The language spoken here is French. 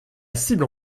cible